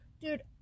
Dude